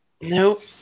Nope